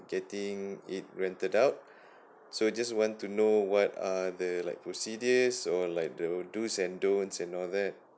getting it rented out so just want to know what are the like procedures or like the dos and don't and all that